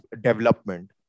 development